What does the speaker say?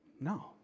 No